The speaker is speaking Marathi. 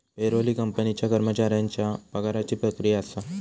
पेरोल ही कंपनीच्या कर्मचाऱ्यांच्या पगाराची प्रक्रिया असा